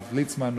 הרב ליצמן,